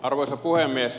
arvoisa puhemies